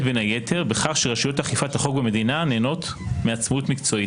בין היתר בכך שרשויות אכיפת החוק במדינה נהנות מעצמאות מקצועית.